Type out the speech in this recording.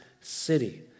city